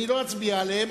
לא נצביע עליהן,